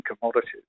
commodities